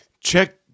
Check